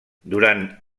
durant